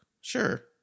Sure